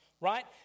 right